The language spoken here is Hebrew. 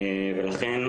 ולכן,